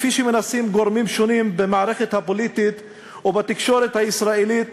כפי שמנסים גורמים שונים במערכת הפוליטית או בתקשורת הישראלית